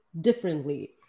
differently